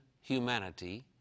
humanity